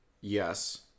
yes